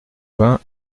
vingt